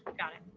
got it,